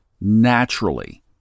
naturally